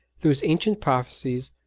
those ancient prophecies,